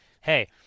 hey